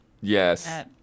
Yes